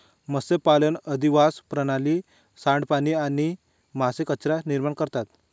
मत्स्यपालन अधिवास प्रणाली, सांडपाणी आणि मासे कचरा निर्माण करता